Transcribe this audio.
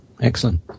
Excellent